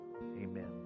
Amen